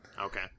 Okay